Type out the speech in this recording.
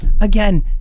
again